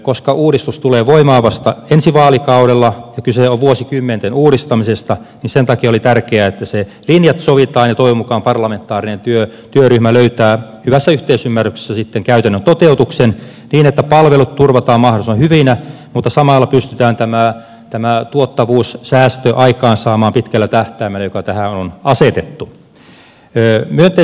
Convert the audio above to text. koska uudistus tulee voimaan vasta ensi vaalikaudella ja kyse on vuosikymmenten uudistamisesta niin sen takia oli tärkeää että sen linjat sovitaan ja toivon mukaan parlamentaarinen työryhmä löytää hyvässä yhteisymmärryksessä sitten käytännön toteutuksen niin että palvelut turvataan mahdollisimman hyvinä mutta samalla pystytään aikaansaamaan pitkällä tähtäimellä tämä tuottavuussäästö joka tähän on asetettu